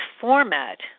format